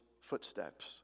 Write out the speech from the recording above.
footsteps